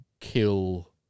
kill